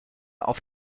auf